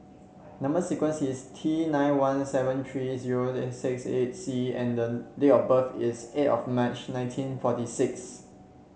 number sequence is T nine one seven three zero six eight C and the date of birth is eight of March nineteen forty six